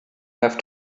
have